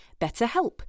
BetterHelp